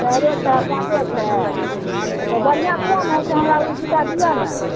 चाइरो छै पाँचो छै अच्छा बढ़िआँ कोन होइ छै हमरा ओ जुत्ता दिअऽ ने